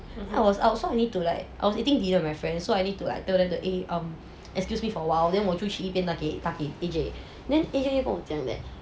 I was outside you need to like I was eating dinner my friends so I need to tell them to a um excuse me for a while then 我就去一边打给 A_J then A_J 跟我讲 leh